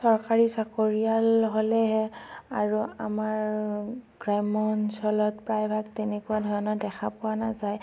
চৰকাৰী চাকৰিয়াল হ'লেহে আৰু আমাৰ গ্ৰাম্য অঞ্চলত প্ৰায়ভাগ তেনেকুৱা ধৰণৰ দেখা পোৱা নাযায়